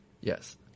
Yes